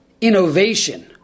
innovation